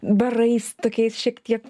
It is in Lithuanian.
barais tokiais šiek tiek